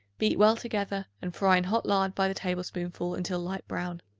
beat well together and fry in hot lard by the tablespoonful until light brown.